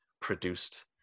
produced